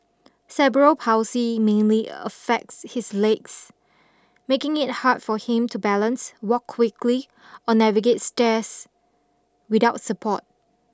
ceberal palsy mainly affects his legs making it hard for him to balance walk quickly or navigate stairs without support